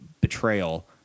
betrayal